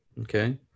Okay